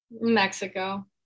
Mexico